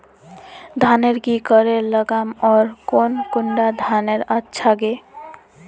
धानेर की करे लगाम ओर कौन कुंडा धानेर अच्छा गे?